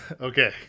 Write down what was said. Okay